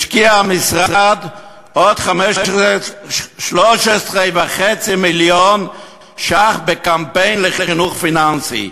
השקיע המשרד עוד 13.5 מיליון ש"ח בקמפיין לחינוך פיננסי.